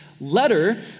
letter